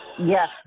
Yes